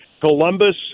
Columbus